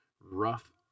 rough